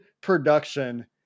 production